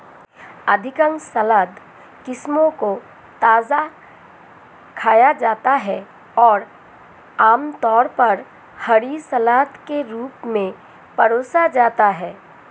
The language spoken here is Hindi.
अधिकांश सलाद किस्मों को ताजा खाया जाता है और आमतौर पर हरी सलाद के रूप में परोसा जाता है